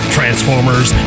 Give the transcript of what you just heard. Transformers